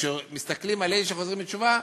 שמסתכלים על אלה שחוזרים בתשובה,